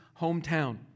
hometown